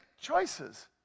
choices